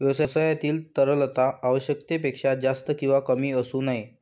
व्यवसायातील तरलता आवश्यकतेपेक्षा जास्त किंवा कमी असू नये